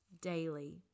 daily